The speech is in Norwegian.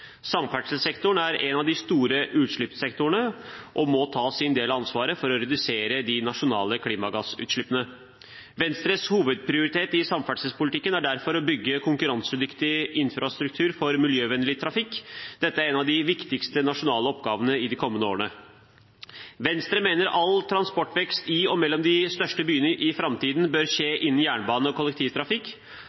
Samferdselssektoren er en av de store utslippssektorene, og må ta sin del av ansvaret for å redusere de nasjonale klimagassutslippene. Venstres hovedprioritet i samferdselspolitikken er derfor å bygge konkurransedyktig infrastruktur for miljøvennlig trafikk. Dette er en av de viktigste nasjonale oppgavene i de kommende årene. Venstre mener at all transportvekst i og mellom de største byene i framtiden bør skje innenfor jernbane og kollektivtrafikk.